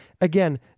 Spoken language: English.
Again